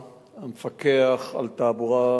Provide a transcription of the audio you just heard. לא בכל המחלקות ולא בכל מקומות העזרה הרפואית.